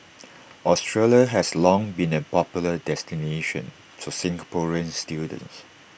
Australia has long been A popular destination for Singaporean students